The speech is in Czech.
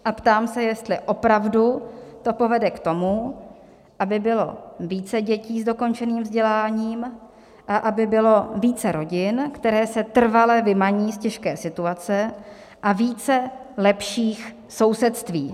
A ptám se, jestli opravdu to povede k tomu, aby bylo více dětí s dokončeným vzděláním a aby bylo více rodin, které se trvale vymaní z těžké situace, a více lepších sousedství.